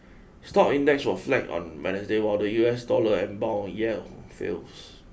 stock index was flat on Wednesday while the U S dollar and bond yell fills